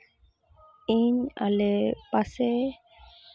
ᱤᱧ ᱟᱞᱮ ᱯᱟᱥᱮ